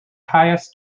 highest